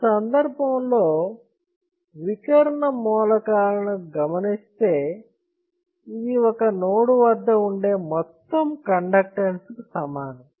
ఈ సందర్భం nodal analysis లో వికర్ణ మూలకాలను గమనిస్తే అది ఒక నోడు వద్ద ఉండే మొత్తం కండెక్టన్స్ కు సమానం